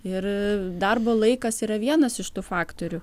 ir darbo laikas yra vienas iš tų faktorių